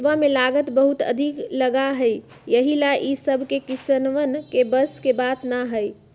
खेतवा में लागत बहुत अधिक लगा हई यही ला ई सब किसनवन के बस के बात ना हई